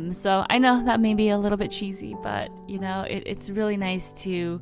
um so i know that may be a little bit cheesy but you know it's really nice to